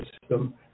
system